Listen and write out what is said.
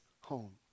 home